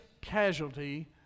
casualty